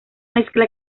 mezcla